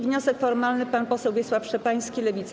Wniosek formalny, pan poseł Wiesław Szczepański, Lewica.